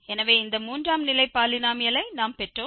எனவே இந்த மூன்றாம் நிலை பாலினோமியலை நாம் பெற்றோம்